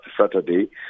Saturday